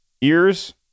Ears